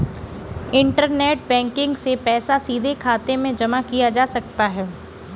internet banking से पैसा सीधे खाते में जमा किया जा सकता है